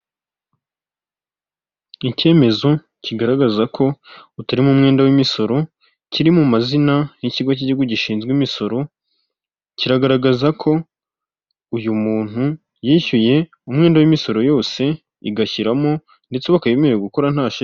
Icyemezo kigaragaza ko utarimo umwenda w'imisoro, kiri mu mazina y'ikigo cy'igihugu gishinzwe imisoro kiragaragaza ko uyu muntu yishyuye umwenda w'imisoro yose, igashyiramo ndetse yemerewe gukora ntashiti.